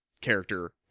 character